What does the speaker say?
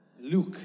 Luke